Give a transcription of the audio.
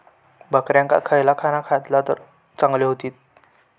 बकऱ्यांका खयला खाणा घातला तर चांगल्यो व्हतील?